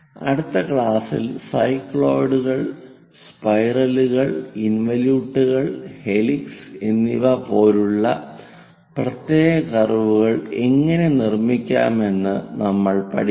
അടുത്ത ക്ലാസ്സിൽ സൈക്ലോയിഡുകൾ സ്പൈറലുകൾ ഇൻവലിയൂട്ടുകൾ ഹെലിക്സ് എന്നിവ പോലുള്ള പ്രത്യേക കർവുകൾ എങ്ങനെ നിർമ്മിക്കാമെന്ന് നമ്മൾ പഠിക്കും